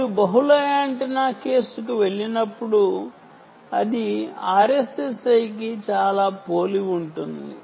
మీరు బహుళ యాంటెన్నా కేసుకు వెళ్ళినప్పుడు ఇది RSSI కి చాలా పోలి ఉంటుంది